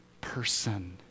person